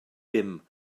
dim